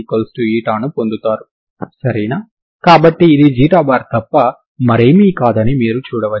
దీని యొక్క శక్తి మొత్తం సంరక్షించబడినందున Ewt0 ∀ t అవుతుంది అంటే Ewt0 అంటే ఏమిటో మీరు చూడగలరు